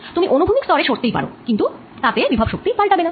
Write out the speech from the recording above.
তুমি অনুভূমিক স্তরে সরতেই পারো তাতে কিন্তু বিভব শক্তি পাল্টাবে না